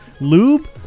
lube